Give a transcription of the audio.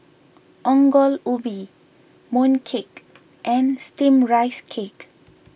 Ongol Ubi Mooncake and Steamed Rice Cake